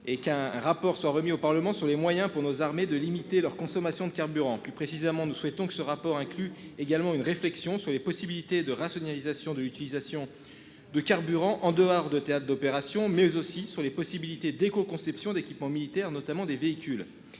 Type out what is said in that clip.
Et qu'un rapport soit remis au Parlement sur les moyens pour nos armées de limiter leur consommation de carburant. Plus précisément, nous souhaitons que ce rapport inclut également une réflexion sur les possibilités de rationalisation de l'utilisation de carburant en dehors de théâtres d'opération mais aussi sur les possibilités d'éco-conception d'équipements militaires, notamment des véhicules.